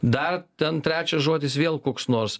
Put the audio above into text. dar ten trečias žodis vėl koks nors